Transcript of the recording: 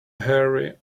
hurry